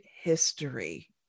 history